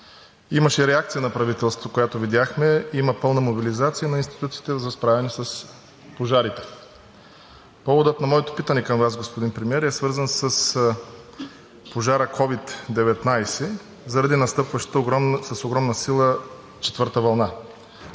Имаше реакция на правителството, която видяхме, има пълна мобилизация на институциите за справяне с пожарите. Поводът на моето питане към Вас, господин Премиер, е свързан с пожара COVID-19 заради настъпващата с огромна сила четвърта вълна.